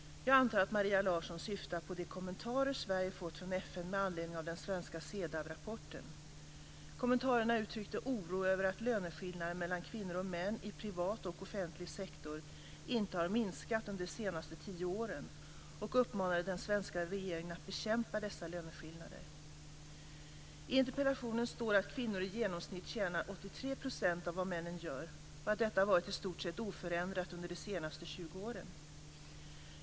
Jag antar att Maria Larsson syftar på de kommentarer Sverige fått från FN med anledning av den svenska CEDAW-rapporten. I kommentarerna uttrycktes oro över att löneskillnader mellan kvinnor och män i privat och offentlig sektor inte har minskat under de senaste 10 åren, och man uppmanade den svenska regeringen att bekämpa dessa löneskillnader. I interpellationen står att kvinnor i genomsnitt tjänar 83 % av vad männen gör och att detta varit i stort sett oförändrat under de senaste 20 åren.